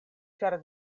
ĉar